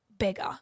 bigger